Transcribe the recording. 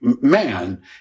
man